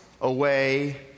away